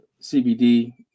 CBD